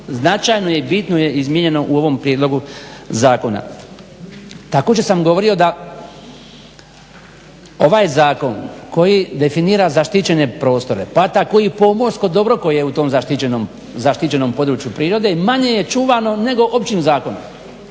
značajno je bitno izmijenjeno u ovom prijedlogu zakona. Također sam govorio da ovaj zakon koji definira zaštićene prostore pa tako i pomorsko dobro koje je u tom zaštićenom području prirode manje je čuvano nego općim zakonom.